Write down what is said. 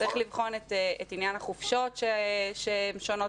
צריך לבחון את עניין החופשות שהן שונות